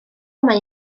mae